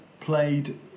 played